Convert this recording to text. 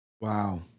Wow